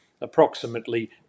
approximately